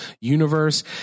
universe